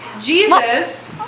Jesus